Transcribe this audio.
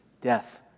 death